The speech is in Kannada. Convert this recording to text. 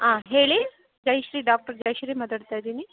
ಆಂ ಹೇಳಿ ಜಯಶ್ರೀ ಡಾಕ್ಟರ್ ಜಯಶ್ರೀ ಮಾತಾಡ್ತಾಯಿದ್ದೀನಿ